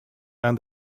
and